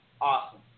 awesome